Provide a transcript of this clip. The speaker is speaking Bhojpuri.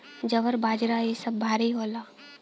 ज्वार बाजरा इ सब भारी होला